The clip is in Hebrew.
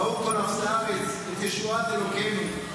ראו כל אפסי ארץ את ישועת אלוקינו,